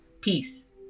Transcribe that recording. Peace